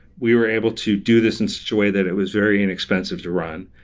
we were able to do this in such way that it was very inexpensive to run.